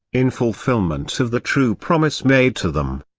in fulfillment of the true promise made to them.